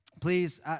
Please